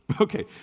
okay